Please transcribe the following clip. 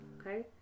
Okay